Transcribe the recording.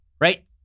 right